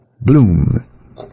bloom